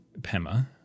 Pema